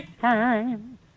time